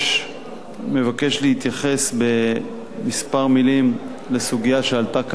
מבקש להתייחס בכמה מלים לסוגיה שעלתה כאן אגב הדיון,